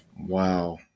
Wow